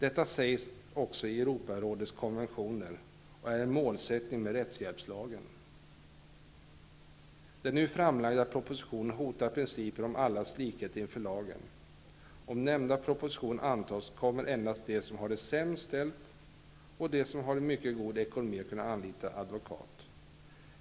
Detta sägs också i Europarådets konventioner och är en målsättning med rättshjälpslagen. Den nu framlagda propositionen hotar principen om allas likhet inför lagen. Om nämnda proposition antas kommer endast de som har det sämst ställt och de som har en mycket god ekonomi att kunna anlita advokat.